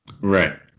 Right